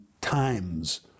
times